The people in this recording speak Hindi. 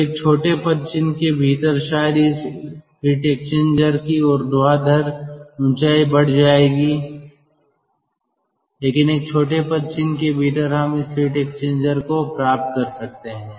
तो एक छोटे पदचिह्न के भीतर शायद इस हीट एक्सचेंजर की ऊर्ध्वाधर ऊंचाई बढ़ जाएगी लेकिन एक छोटे पदचिह्न के भीतर हम इस हीट एक्सचेंजर को प्राप्त कर सकते हैं